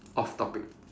off topic